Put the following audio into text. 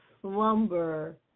slumber